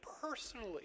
personally